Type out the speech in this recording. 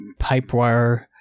Pipewire